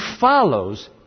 follows